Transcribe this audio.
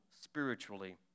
spiritually